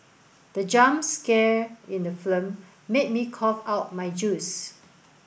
the jump scare in the film made me cough out my juice